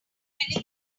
filling